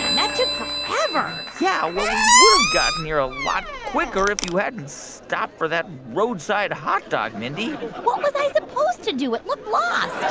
and that took forever yeah. well, we would've gotten here a lot quicker if you hadn't stopped for that roadside hot dog, mindy what was i supposed to do? it looked lost